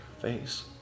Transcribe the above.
face